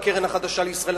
בקרן החדשה לישראל.